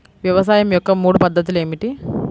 వ్యవసాయం యొక్క మూడు పద్ధతులు ఏమిటి?